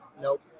Nope